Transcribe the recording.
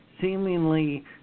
seemingly